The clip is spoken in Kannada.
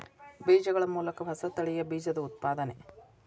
ಬೇಜಗಳ ಮೂಲಕ ಹೊಸ ತಳಿಯ ಬೇಜದ ಉತ್ಪಾದನೆ